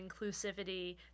inclusivity